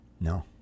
no